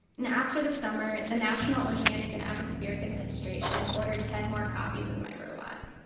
and after the summer, the national oceanic and atmospheric administration ordered ten more copies of my robot.